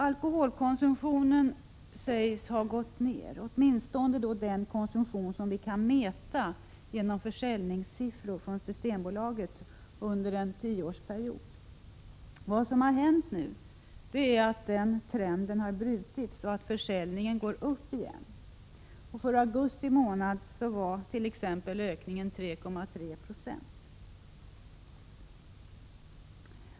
Alkoholkonsumtionen sägs ha gått ned — åtminstone den konsumtion som vi kan mäta genom försäljningssiffror från Systembolaget — under en tioårsperiod. Vad som nu har hänt är att den trenden har brutits och att försäljningen går upp igen. För t.ex. augusti månad var ökningen 3,3 9.